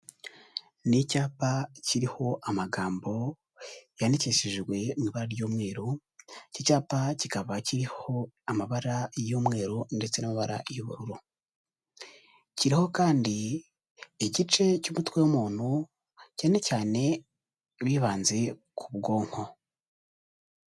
Ni icyapa kiriho amagambo yandikishijwe mu ibara ry'umweru, iki cyapa kikaba kiriho amabara y'umweru ndetse n'amabara y'ubururu kiriho kandi igice cy'umutwe w'umuntu cyane cyane bibanze ku bwonko.